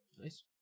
Nice